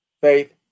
faith